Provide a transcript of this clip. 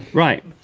right.